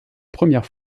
première